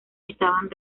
estaban